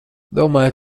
domāju